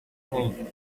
think